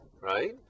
right